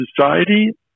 society